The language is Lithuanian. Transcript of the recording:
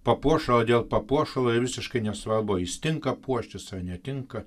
papuošalą dėl papuošalo ir visiškai nesvarbu jis tinka puoštis netinka